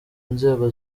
nzego